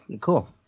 Cool